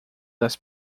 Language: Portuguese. das